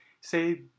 say